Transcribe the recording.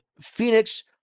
Phoenix